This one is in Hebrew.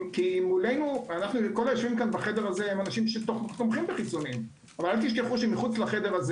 כי כל היושבים בחדר הזה תומכים בחיסונים אבל תזכרו שמחוץ לחדר הזה